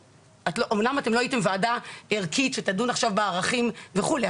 אמנם אתם לא הייתם ועדה ערכית שדנה בערכים וכולי,